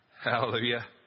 Hallelujah